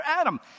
Adam